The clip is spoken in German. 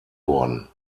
worden